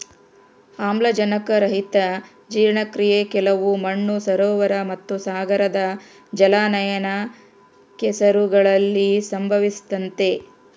ಆಮ್ಲಜನಕರಹಿತ ಜೀರ್ಣಕ್ರಿಯೆ ಕೆಲವು ಮಣ್ಣು ಸರೋವರ ಮತ್ತುಸಾಗರದ ಜಲಾನಯನ ಕೆಸರುಗಳಲ್ಲಿ ಸಂಭವಿಸ್ತತೆ